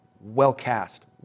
well-cast